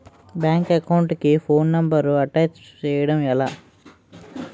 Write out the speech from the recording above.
Bank account కి phone number attach చేయడం ఎలా?